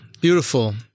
beautiful